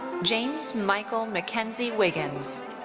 james michael mckenzie wiggins.